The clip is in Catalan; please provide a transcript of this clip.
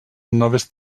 noves